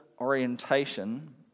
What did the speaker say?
orientation